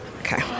okay